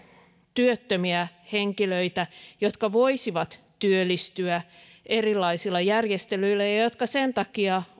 työttömiä henkilöitä jotka voisivat työllistyä erilaisilla järjestelyillä ja ja jotka sen takia